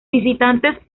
visitantes